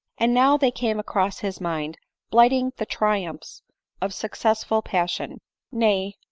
and now they came across his mind blighting the tri umphs of successful passion nay,